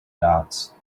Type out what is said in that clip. dots